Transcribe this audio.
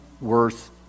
worth